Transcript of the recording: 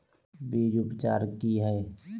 बीज उपचार कि हैय?